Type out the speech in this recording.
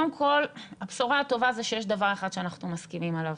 קודם כל הבשורה הטובה זה שיש דבר אחד שאנחנו מסכימים עליו,